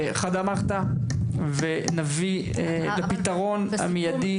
בחדא מחתא, ונביא לפתרון במיידי.